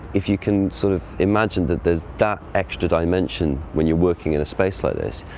if you can sort of imagine that there's that extra dimension when you're working in a space like this,